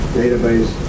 database